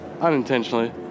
unintentionally